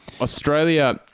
Australia